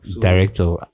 Director